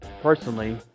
personally